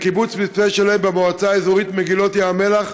וקיבוץ מצפה שלם במועצה האזורית מגילות ים המלח,